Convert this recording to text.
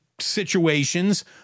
situations